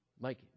Mike